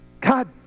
God